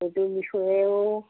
সেইটো বিষয়েও